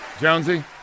Jonesy